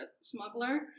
smuggler